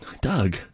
Doug